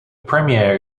premier